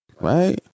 Right